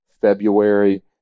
February